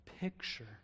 picture